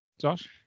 Josh